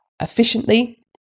efficiently